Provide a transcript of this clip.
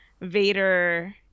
Vader